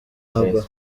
haba